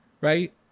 right